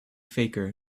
faker